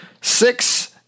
six